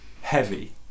heavy